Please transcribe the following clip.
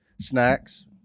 snacks